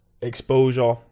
exposure